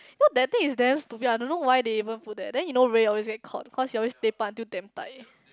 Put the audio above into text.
no that things is damn stupid I don't know why they even put there then you know Roy always get caught because he always taper until damn tight